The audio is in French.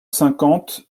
cinquante